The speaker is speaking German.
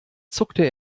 zuckte